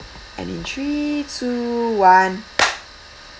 and in three two one